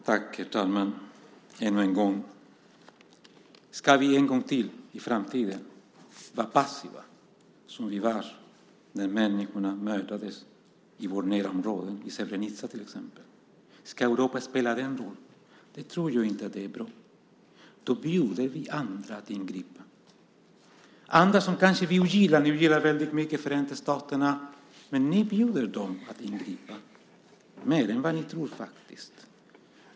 Herr talman! Ännu en gång: Ska vi en gång till i framtiden vara passiva som vi var när människor mördades i vårt närområde, i Srebrenica till exempel? Ska Europa spela den rollen? Jag tror inte att det är bra. Då bjuder vi andra att ingripa. Det kan vara andra som vi kanske ogillar. Ni ogillar Förenta staterna väldigt mycket, men ni bjuder dem att ingripa mer än vad ni tror faktiskt.